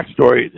backstory